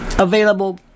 Available